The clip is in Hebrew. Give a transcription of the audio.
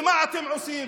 ומה אתם עושים?